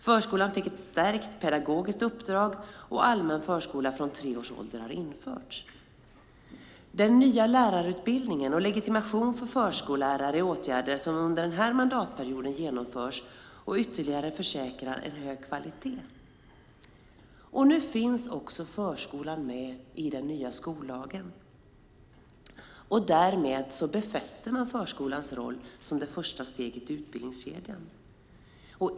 Förskolan fick ett stärkt pedagogiskt uppdrag och allmän förskola från tre års ålder har införts. Den nya lärarutbildningen och legitimation för förskollärare är åtgärder som genomförs under den här mandatperioden och ytterligare försäkrar en hög kvalitet. Nu finns också förskolan med i den nya skollagen. Därmed befäster man förskolans roll som det första steget i utbildningskedjan.